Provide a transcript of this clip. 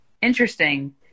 Interesting